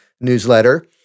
Newsletter